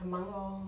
很忙 lor